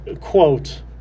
quote